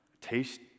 Taste